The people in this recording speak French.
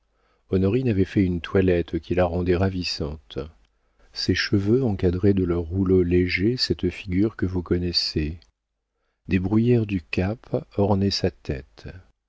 honorine avait fait une toilette qui la rendait ravissante ses cheveux encadraient de leurs rouleaux légers cette figure que vous connaissez des bruyères du cap ornaient sa tête